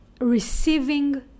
receiving